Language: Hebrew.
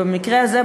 ובמקרה הזה,